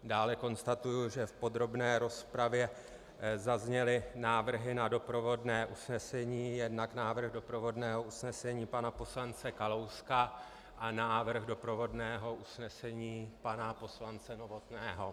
Dále konstatuji, že v podrobné rozpravě zazněly návrhy na doprovodné usnesení, jednak návrh doprovodného usnesení pana poslance Kalouska a návrh doprovodného usnesení pana poslance Novotného.